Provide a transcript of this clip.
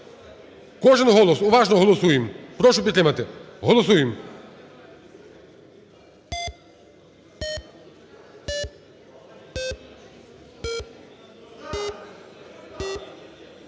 Кожен голос, уважно голосуємо. Прошу підтримати, голосуємо.